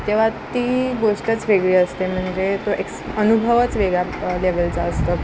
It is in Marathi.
तेव्हा ती गोष्टच वेगळी असते म्हणजे तो एक्स अनुभवच वेगळा लेवलचा असतो